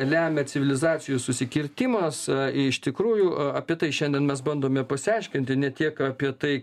lemia civilizacijų susikirtimas iš tikrųjų apie tai šiandien mes bandome pasiaiškinti ne tiek apie tai